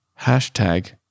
Hashtag